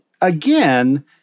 again